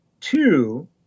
two